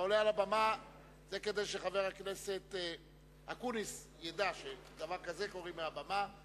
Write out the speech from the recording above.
זה כדי שחבר הכנסת אקוניס ידע שדבר כזה קוראים מהבמה,